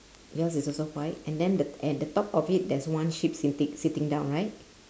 your's is also white and then the at the top of it there's a one sheep sitting sitting down right